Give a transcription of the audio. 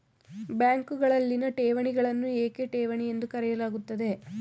ಬ್ಯಾಂಕುಗಳಲ್ಲಿನ ಠೇವಣಿಗಳನ್ನು ಏಕೆ ಠೇವಣಿ ಎಂದು ಕರೆಯಲಾಗುತ್ತದೆ?